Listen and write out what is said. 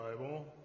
Bible